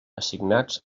assignats